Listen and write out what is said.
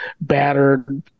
battered